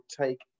take